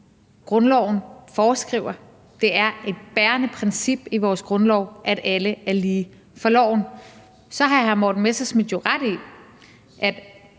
grundloven foreskriver, og det er et bærende princip i vores grundlov, at alle er lige for loven. Så har hr. Morten Messerschmidt jo ret i, at